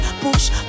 Push